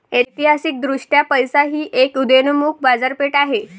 ऐतिहासिकदृष्ट्या पैसा ही एक उदयोन्मुख बाजारपेठ आहे